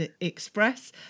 Express